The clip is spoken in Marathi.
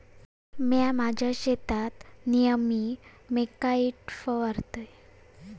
म्या माझ्या शेतात नेयमी नेमॅटिकाइड फवारतय